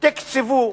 תקצבו,